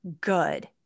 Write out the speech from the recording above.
good